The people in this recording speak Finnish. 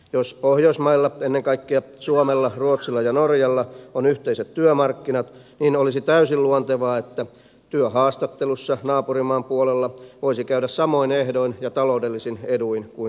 jos pohjoismailla ennen kaikkea suomella ruotsilla ja norjalla on yhteiset työmarkkinat niin olisi täysin luontevaa että työhaastattelussa naapurimaan puolella voisi käydä samoin ehdoin ja taloudellisin eduin kuin suomessa